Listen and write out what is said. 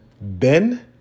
Ben